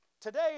today